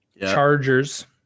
Chargers